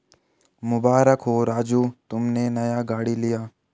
मुबारक हो राजू तुमने नया गाड़ी लिया